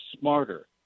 smarter